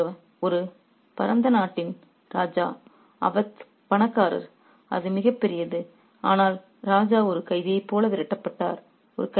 அவத் போன்ற ஒரு பரந்த நாட்டின் ராஜா அவத் பணக்காரர் அது மிகப்பெரியது ஆனால் ராஜா ஒரு கைதியைப் போல விரட்டப்பட்டார்